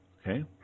Okay